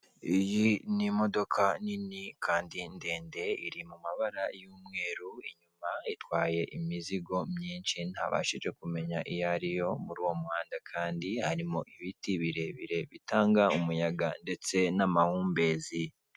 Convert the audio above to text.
Iyi ni imodoka nini kandi ndende, iri mu mabara ry'umweru inyuma itwaye imizigo myinshi ntabashije kumenya iyo ariyo, muri uwo muhanda kandi harimo ibiti birebire bitanga umuyaga, ndetse n'amahumbezi.